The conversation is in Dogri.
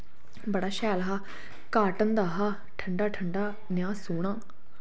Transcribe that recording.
बड़ा शैल हा काटन दा हा ठण्डा ठण्डा नेहा सोह्ना